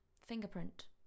Fingerprint